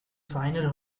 final